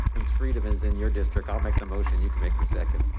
it's freedom is in your district. i'll make the motion. you can make the second.